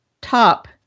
top